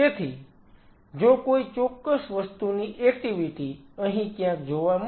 તેથી જો કોઈ ચોક્કસ વસ્તુની એક્ટીવીટી અહીં ક્યાંક જોવા મળે છે